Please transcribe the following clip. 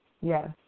Yes